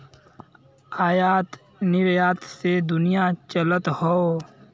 आयात निरयात से दुनिया चलत हौ